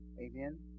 Amen